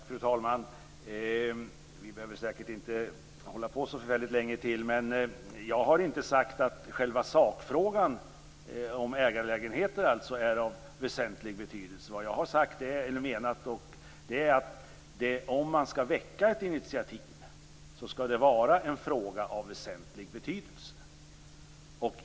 Fru talman! Vi behöver säkert inte hålla på så förfärligt mycket längre, men jag har inte sagt att själva sakfrågan, alltså den som gäller ägarlägenheter, är av väsentlig betydelse. Vad jag har sagt och menat är att om man skall väcka ett initiativ skall det vara en fråga av väsentlig betydelse.